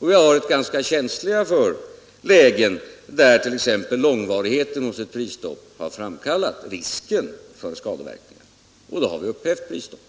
Vi har varit ganska känsliga för lägen där t.ex, lång so varigheten hos ett prisstopp har framkallat risk för skadeverkningar, och — Allmänna prisregledå har vi upphävt prisstoppet.